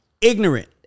ignorant